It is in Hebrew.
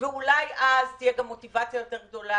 ואולי אז תהיה גם מוטיבציה יותר גדולה